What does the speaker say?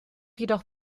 jedoch